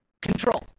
Control